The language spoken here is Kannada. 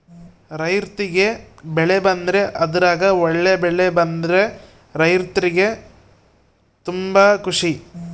ರೈರ್ತಿಗೆ ಬೆಳೆ ಬಂದ್ರೆ ಅದ್ರಗ ಒಳ್ಳೆ ಬೆಳೆ ಬಂದ್ರ ರೈರ್ತಿಗೆ ತುಂಬಾ ಖುಷಿ